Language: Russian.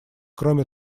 кроме